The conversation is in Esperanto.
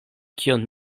kion